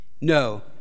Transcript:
No